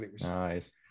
Nice